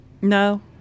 No